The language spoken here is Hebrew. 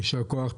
יישר כוח.